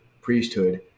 priesthood